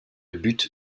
but